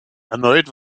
erneut